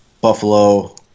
Buffalo